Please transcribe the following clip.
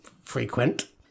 frequent